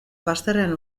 bazterrean